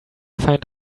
find